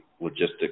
logistics